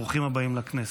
ברוכים הבאים לכנסת.